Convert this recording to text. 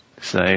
say